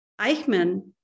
Eichmann